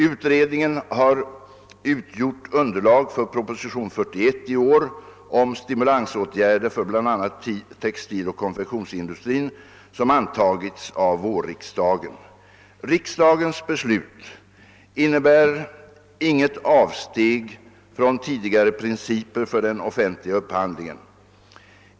Utredningen har utgjort underlag för propositionen 41 år 1970 om stimulansåtgärder för bl.a. textiloch konfektionsindustrin som antagits av vårriksdagen. Riksdagens beslut innebär inget avsteg från tidigare principer för den offentliga upphandlingen.